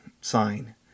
sign